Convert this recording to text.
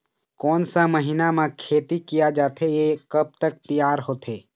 कोन सा महीना मा खेती किया जाथे ये कब तक तियार होथे?